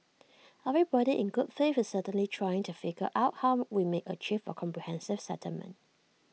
everybody in good faith is certainly trying to figure out how we might achieve A comprehensive settlement